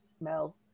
Mel